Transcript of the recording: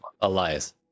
Elias